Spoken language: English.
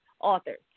authors